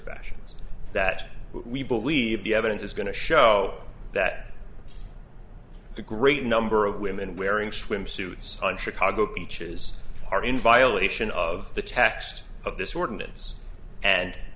fashions that we believe the evidence is going to show that a great number of women wearing swimsuits on chicago beaches are in violation of the text of this ordinance and